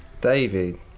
David